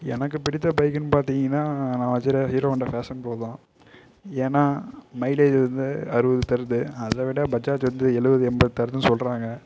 எனக்கு பிடித்த பைக்குன்னு பார்த்தீங்கன்னா நான் வச்சிருக்க ஹீரோ ஹோண்டா ஃபேஷன் ப்ரோ தான் ஏன்னா மைலேஜு வந்து அறுபது தருது அதைவிட பஜாஜ் வந்து எழுபது எண்பது தருதுன்னு சொல்லுறாங்க